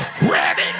Ready